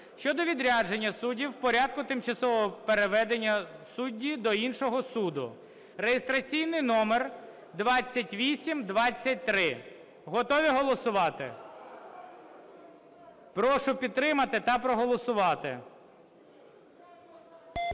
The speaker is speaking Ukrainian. щодо відрядження суддів в порядку тимчасового переведення судді до іншого суду (реєстраційний номер 2823). Готові голосувати? Прошу підтримати та проголосувати.